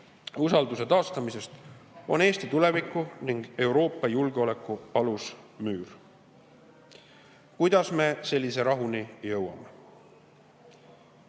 usalduse taastamisest – on Eesti tuleviku ning Euroopa julgeoleku alusmüür. Kuidas me sellise rahuni jõuame?